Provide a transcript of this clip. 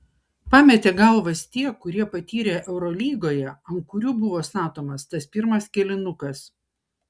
pametė galvas tie kurie patyrę eurolygoje ant kurių buvo statomas tas pirmas kėlinukas